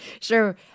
sure